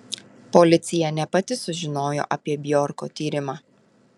policija ne pati sužinojo apie bjorko tyrimą